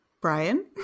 Brian